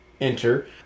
enter